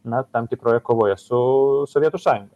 na tam tikroje kovoje su sovietų sąjun